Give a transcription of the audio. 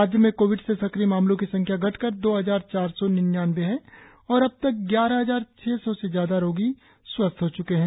राज्य में कोविड से सक्रिय मामलों की संख्या घटकर दो हजार चार सौ निन्यान्वे है और अब तक ग्यारह हजार छह सौ से ज्यादा रोगी स्वस्थ हो च्के है